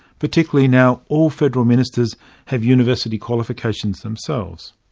particularly now all federal ministers have university qualifications themselves?